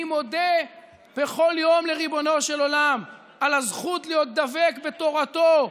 אני מודה בכל יום לריבונו של עולם על הזכות להיות דבק בתורתו,